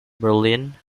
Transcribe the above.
berlin